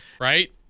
right